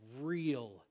real